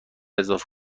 اضافه